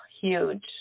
Huge